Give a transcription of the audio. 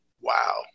Wow